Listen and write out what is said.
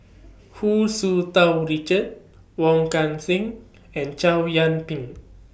Hu Tsu Tau Richard Wong Kan Seng and Chow Yian Ping